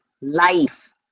life